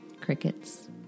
Crickets